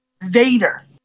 Vader